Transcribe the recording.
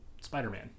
Spider-Man